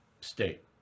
State